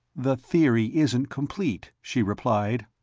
the theory isn't complete, she replied.